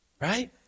right